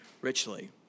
richly